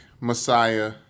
Messiah